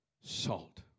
salt